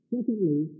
Secondly